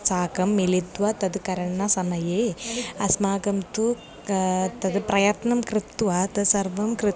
साकं मिलित्वा तद् करणसमये अस्माकं तु तद् प्रयत्नं कृत्वा तत् सर्वं कृतम्